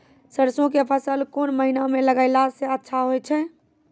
सरसों के फसल कोन महिना म लगैला सऽ अच्छा होय छै?